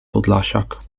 podlasiak